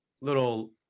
Little